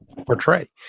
portray